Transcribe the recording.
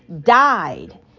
died